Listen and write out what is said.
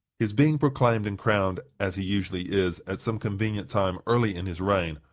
his being proclaimed and crowned, as he usually is, at some convenient time early in his reign,